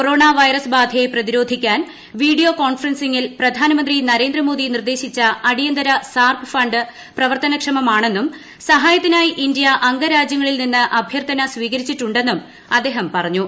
corona virus ബാധയെ പ്രതിരോധിക്കാൻ video കോൺഫറൻസിങ്ങിൽ പ്രധാനമന്ത്രി നരേന്ദ്രമോദി നിർദ്ദേശിച്ച അടിയന്തര സാർക് ഫണ്ട് പ്രവർത്തനക്ഷമമാണെന്നും സഹായത്തിനായി ഇന്ത്യ അംഗരാജ്യങ്ങളിൽ നിന്ന് അഭ്യർത്ഥന സ്വീകരിച്ചിട്ടുണ്ടെന്നും അദ്ദേഹം പറഞ്ഞു